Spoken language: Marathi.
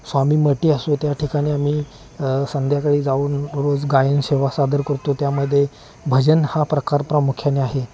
स्वामी मठ असो त्या ठिकाणी आम्ही संध्याकाळी जाऊन रोज गायनसेवा सादर करतो त्यामध्ये भजन हा प्रकार प्रामुख्याने आहे